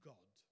God